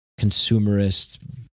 consumerist